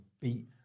beat